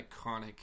iconic